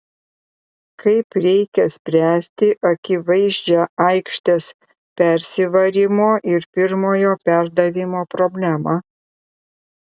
kaip reikia spręsti akivaizdžią aikštės persivarymo ir pirmojo perdavimo problemą